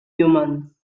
humans